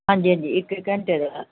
ਹਾਂਜੀ ਹਾਂਜੀ ਇੱਕ ਘੰਟੇ ਦਾ